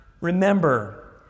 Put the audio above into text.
remember